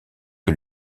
que